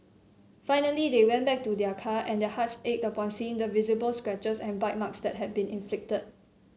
finally they went back to their car and their hearts ached upon seeing the visible scratches and bite marks that had been inflicted